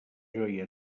joia